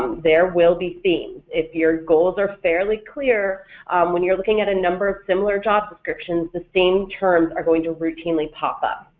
there will be themes if your goals are fairly clear when you're looking at a number of similar job descriptions, the same terms are going to routinely pop up.